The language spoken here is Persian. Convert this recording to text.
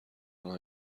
آنها